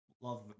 love